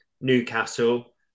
Newcastle